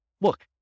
look